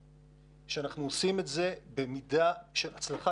שאנחנו עושים את זה במידה גדולה של הצלחה.